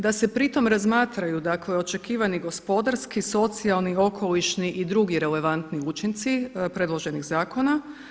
Da se pri tome razmatraju dakle očekivani gospodarski, socijalni, okolišni i drugi relevantni učinci predloženih zakona.